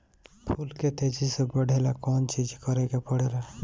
फूल के तेजी से बढ़े ला कौन चिज करे के परेला?